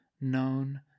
known